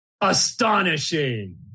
astonishing